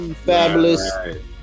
Fabulous